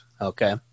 okay